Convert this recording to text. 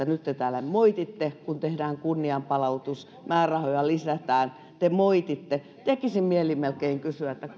nyt te täällä moititte kun tehdään kunnianpalautus määrärahoja lisätään te moititte tekisi mieli melkein kysyä